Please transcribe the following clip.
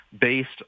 based